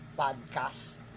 podcast